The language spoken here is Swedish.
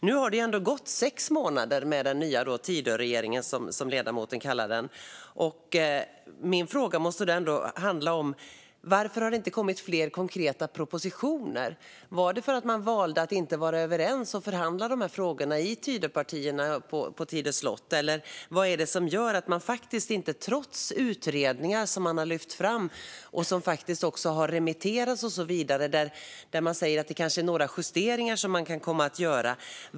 Nu har det gått sex månader med den nya Tidöregeringen, som ledamoten kallar den. Min fråga måste då handla om varför det inte har kommit fler konkreta propositioner. Var det för att man valde att inte vara överens och förhandla dessa frågor i Tidöpartierna på Tidö slott? Trots allt har det gjorts utredningar, vilket man har lyft fram, som har remitterats och där man säger att det kanske är högst några justeringar som kommer att göras.